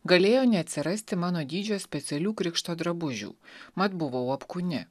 galėjo neatsirasti mano dydžio specialių krikšto drabužių mat buvau apkūni